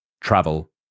travel